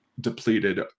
depleted